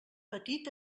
petit